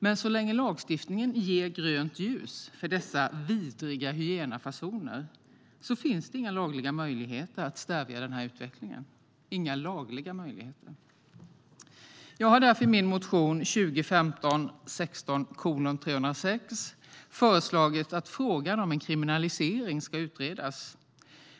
Men så länge lagstiftningen ger grönt ljus för dessa vidriga hyenafasoner finns det inga lagliga möjligheter att stävja den här utvecklingen - inga lagliga möjligheter. Jag har därför i min motion 2015/16:306 föreslagit att frågan om en kriminalisering ska utredas.